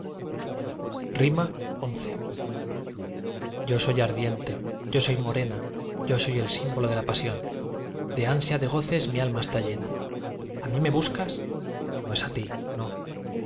xi yo soy ardiente yo soy morena yo soy el símbolo de la pasión de ansia de goces mi alma está llena á mí me buscas no es á ti no